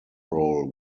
role